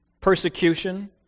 persecution